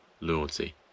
loyalty